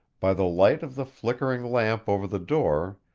by the light of the flickering lamp over the door,